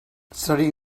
studying